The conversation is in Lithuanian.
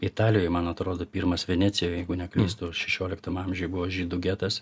italijoj man atrodo pirmas venecijoj jeigu neklystu šešioliktam amžiuj buvo žydų getas